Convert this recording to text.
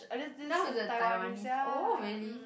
now is the Taiwanese oh really